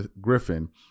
Griffin